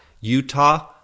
Utah